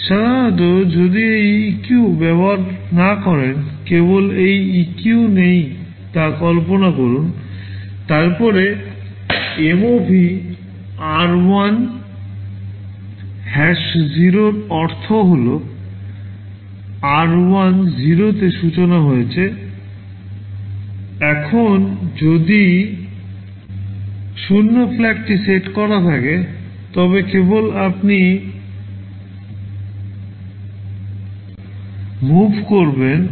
সাধারণত যদি এই EQ ব্যবহার না করেন কেবল এই EQ নেই তা কল্পনা করুন তারপরে MOV r1 0 এর অর্থ হল r1 0 তে সূচনা হয়েছে এখন যদি শূন্য FLAGটি সেট করা থাকে তবে কেবল আপনি মুভ করবেন অন্যথায় আপনি মুভ করবেন না